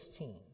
16